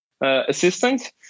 assistant